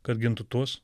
kad gintų tuos